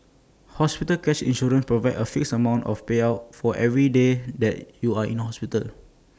hospital cash insurance provides A fixed amount of payout for every day that you are in hospital